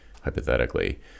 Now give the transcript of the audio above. hypothetically